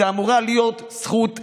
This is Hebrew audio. זו אמורה להיות זכות אבסולוטית.